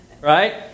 right